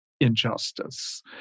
injustice